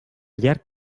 llarg